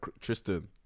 tristan